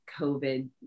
COVID